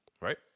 right